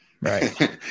Right